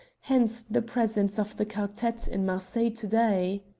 hence the presence of the quartette in marseilles to-day.